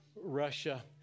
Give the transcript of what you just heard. Russia